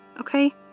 okay